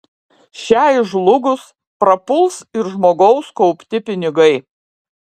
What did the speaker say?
šiai žlugus prapuls ir žmogaus kaupti pinigai